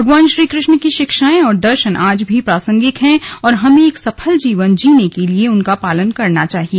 भगवान श्रीकृष्ण की शिक्षाएं और दर्शन आज भी प्रासंगिक हैं और हमें एक सफल जीवन जीने के लिए उनका पालन करना चाहिए